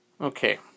Okay